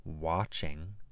watching